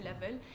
level